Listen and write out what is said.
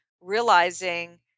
realizing